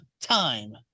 time